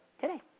today